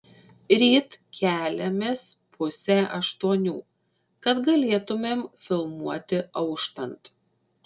ryt keliamės pusę aštuonių kad galėtumėm filmuoti auštant